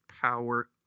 power